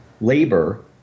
labor